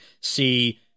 see